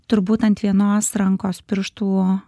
turbūt ant vienos rankos pirštų